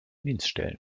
dienststellen